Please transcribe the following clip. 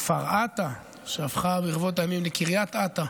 כפר עטה, שהפכה ברבות הימים לקריית אתא.